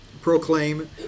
proclaim